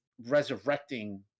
resurrecting